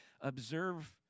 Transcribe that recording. observe